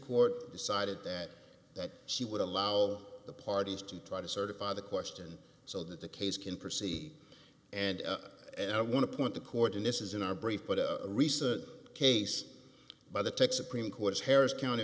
court decided that that she would allow the parties to try to certify the question so that the case can proceed and i want to point the court in this is in our brief but a recent case by the tech supreme court's harris county